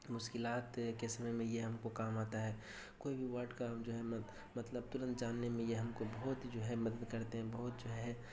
مشکلات کے سمے میں یہ ہم کو کام آتا ہے کوئی بھی ورڈ کا ہم جو ہے مطلب ترنت جاننے میں یہ ہم کو بہت جو ہے مدد کرتے ہیں بہت جو ہے